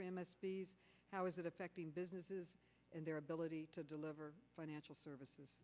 situation how is it affecting businesses and their ability to deliver financial services